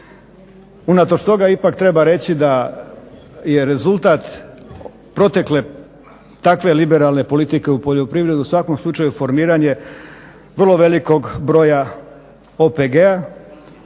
Unatoč toga ipak treba reći da je rezultat protekle takve liberalne politike u poljoprivredu u svakom slučaju formiranje vrlo velikog broja OPG-a,